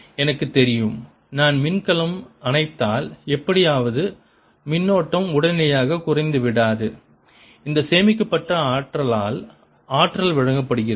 எனக்குத் தெரியும் நான் மின்கலம் அணைத்தால் எப்படியாவது மின்னோட்டம் உடனடியாகக் குறைந்துவிடாது இந்த சேமிக்கப்பட்ட ஆற்றலால் ஆற்றல் வழங்கப்படுகிறது